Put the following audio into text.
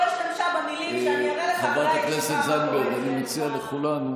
ביקורת, ושמעתי גם היום ביקורת, אני מציע לכולנו,